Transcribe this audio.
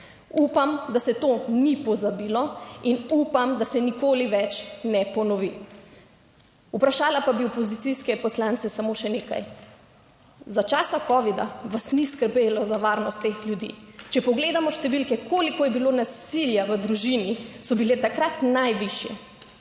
Upam, da se to ni pozabilo, in upam, da se nikoli več ne ponovi. Vprašala pa bi opozicijske poslance samo še nekaj. Za časa covida vas ni skrbelo za varnost teh ljudi. Če pogledamo številke, koliko je bilo nasilja v družini, so bile takrat najvišje.